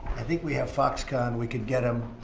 i think we have foxconn, we can get them.